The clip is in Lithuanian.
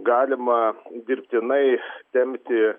galima dirbtinai tempti